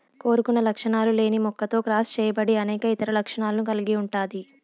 కోరుకున్న లక్షణాలు లేని మొక్కతో క్రాస్ చేయబడి అనేక ఇతర లక్షణాలను కలిగి ఉంటాది